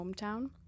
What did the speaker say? hometown